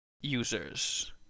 users